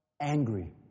angry